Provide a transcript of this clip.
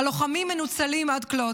הלוחמים מנוצלים עד כלות.